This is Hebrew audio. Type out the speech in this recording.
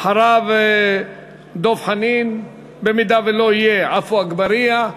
אחריו דב חנין, ואם הוא לא יהיה, עפו אגבאריה.